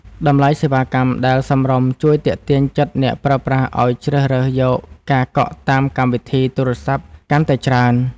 តម្លៃសេវាកម្មដែលសមរម្យជួយទាក់ទាញចិត្តអ្នកប្រើប្រាស់ឱ្យជ្រើសរើសយកការកក់តាមកម្មវិធីទូរស័ព្ទកាន់តែច្រើន។